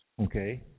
Okay